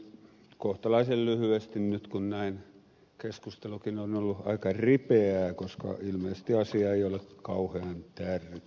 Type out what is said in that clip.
kohtalaisen lyhyesti nyt kun keskustelukin on ollut aika ripeää koska ilmeisesti asia ei ole kauhean tärkeä